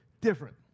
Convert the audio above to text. different